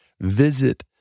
visit